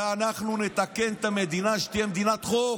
ואנחנו נתקן את המדינה, שתהיה מדינת חוק.